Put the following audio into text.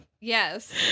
yes